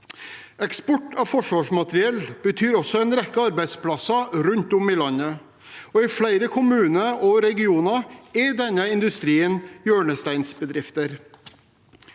Eksport av forsvarsmateriell betyr også en rekke arbeidsplasser rundt om i landet. I flere kommuner og regioner har denne industrien hjørnesteinsbedrifter.